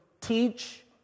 teach